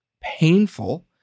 painful